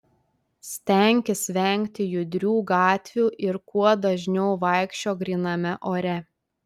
stenkis vengti judrių gatvių ir kuo dažniau vaikščiok gryname ore